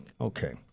Okay